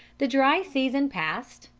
the dry season passed,